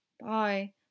bye